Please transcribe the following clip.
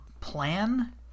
plan